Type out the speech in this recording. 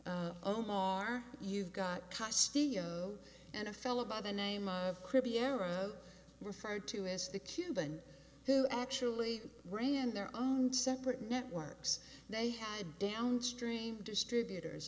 got omar you've got custody of and a fellow by the name of creepy arrow referred to as the cuban who actually ran their own separate networks they had downstream distributors